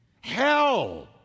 Hell